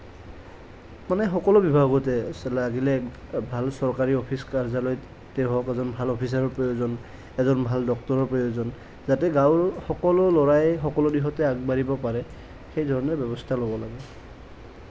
মানে সকলো বিভাগতে লাগিলে চৰকাৰী অফিচ কাৰ্যালয়তে আমাক এজন ভাল অফিচাৰৰ প্ৰয়োজন এজন ভাল ডক্টৰৰ প্ৰয়োজন যাতে গাওঁৰ সকলো ল'ৰাই সকলো দিশতে আগবাঢ়িব পাৰে সেইধৰণে ব্যৱস্থা ল'ব লাগে